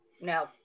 No